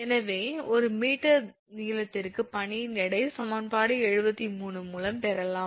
எனவே ஒரு மீட்டர் நீளத்திற்கு பனியின் எடையை சமன்பாடு 73 மூலம் பெறலாம்